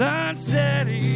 unsteady